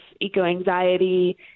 eco-anxiety